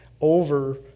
over